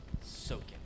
soaking